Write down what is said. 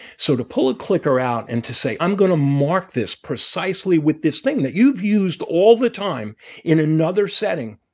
so to pull a clicker out and to say i'm going to mark this precisely with this thing that you've used all the time in another setting,